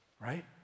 Right